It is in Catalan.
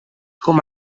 com